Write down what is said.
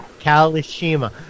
Kalishima